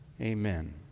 Amen